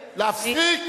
להפסיק.